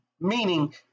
meaning